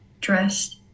dressed